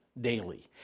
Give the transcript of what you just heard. daily